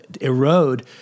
erode